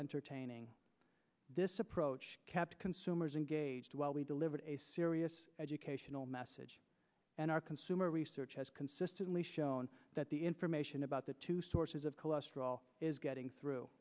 entertaining this approach kept consumers engaged while we delivered a serious educational message and our consumer research has consistently shown that the information about the two sources of cholesterol is getting through